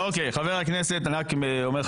אני רק אומר,